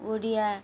Odia